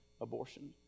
abortion